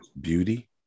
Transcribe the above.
beauty